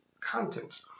content